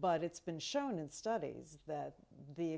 but it's been shown in studies that the